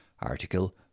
Article